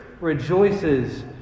rejoices